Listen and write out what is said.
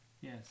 Yes